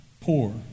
poor